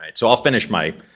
and so i'll finish my.